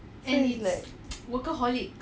so it's like